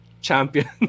champion